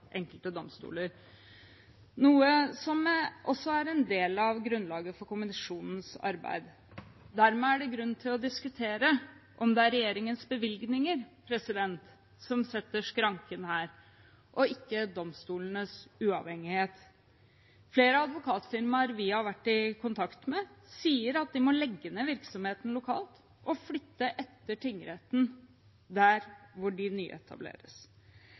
enkelte domstoler, noe som også er en del av grunnlaget for kommisjonens arbeid. Dermed er det grunn til å diskutere om det er regjeringens bevilgninger som setter skranken her, og ikke domstolenes uavhengighet. Flere advokatfirmaer vi har vært i kontakt med, sier at de må legge ned virksomheten lokalt og flytte etter tingretten der hvor de nyetableres.